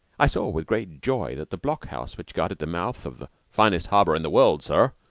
i saw with great joy that the block-house which guarded the mouth of the finest harbor in the world, sir,